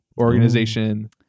organization